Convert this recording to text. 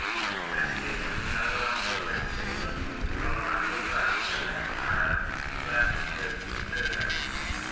practice ᱟᱞᱚ ᱨᱟᱹᱯᱩᱫᱚᱜ ᱞᱟᱹᱜᱤᱫ ᱛᱮ ᱤᱧᱫᱚ ᱟᱠᱚ ᱥᱟᱞᱟᱜ ᱦᱚᱧ ᱫᱟᱹᱲᱟ ᱟᱨ ᱮᱠᱞᱟ ᱦᱚᱧ ᱫᱟᱹᱲᱟ